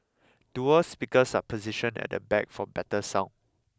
dual speakers are positioned at the back for better sound